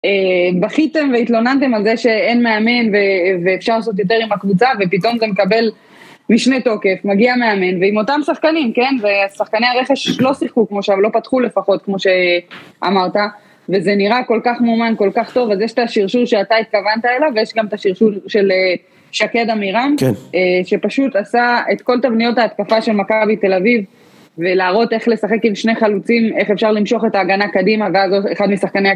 בכיתם והתלוננתם על זה שאין מאמן ואפשר לעשות יותר עם הקבוצה ופתאום זה מקבל משנה תוקף, מגיע מאמן. ועם אותם שחקנים, כן? ושחקני הרכש לא שיחקו כמו ש... לא פתחו לפחות, כמו שאמרת. וזה נראה כל כך מאומן, כל כך טוב, אז יש את השירשור שאתה התכוונת אליו, ויש גם את השירשור של שקד אמירם, שפשוט עשה את כל תבניות ההתקפה של מכבי תל אביב, ולהראות איך לשחק עם שני חלוצים, איך אפשר למשוך את ההגנה קדימה, ואז אחד משחקני...